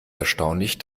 erstaunlich